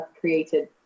created